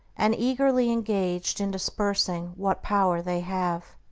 and eagerly engaged in dispersing what power they have.